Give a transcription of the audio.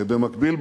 במקביל,